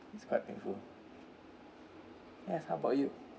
it's quite painful yes how about you